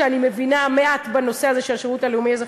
מכיוון שאני מבינה מעט בנושא של השירות הלאומי-אזרחי,